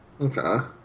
Okay